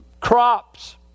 crops